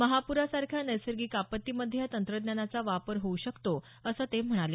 महापुरासारख्या नैसर्गिक आपत्तीमध्ये या तंत्रज्ञानाचा वापर होऊ शकतो असं ते म्हणाले